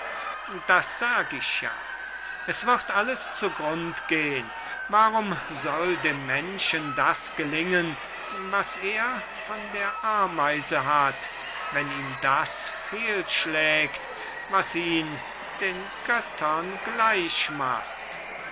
das sag ich ja es wird alles zu grund gehn warum soll dem menschen das gelingen was er von der ameise hat wenn ihm das fehlschlägt was ihn den göttern gleich macht